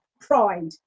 Pride